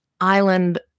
island